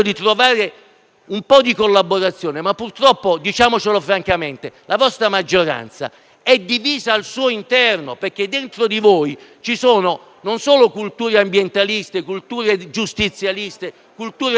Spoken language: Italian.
un po' di collaborazione, ma purtroppo - diciamocelo francamente - la vostra maggioranza è divisa al suo interno: dentro di voi ci sono culture ambientaliste, giustizialiste, culture del blocco,